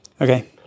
Okay